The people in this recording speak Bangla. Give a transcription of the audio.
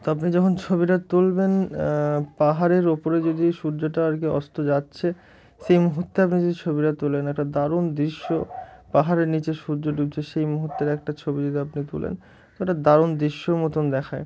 তো আপনি যখন ছবিটা তুলবেন পাহাড়ের ওপরে যদি সূর্যটা আর কি অস্ত যাচ্ছে সেই মুহূর্তে আপনি যদি ছবিটা তোলেন একটা দারুণ দৃশ্য পাহাড়ের নিচে সূর্য ডুবছে সেই মুহূর্তের একটা ছবি যদি আপনি তোলেন তো একটা দারুণ দৃশ্যর মতন দেখায়